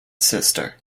sister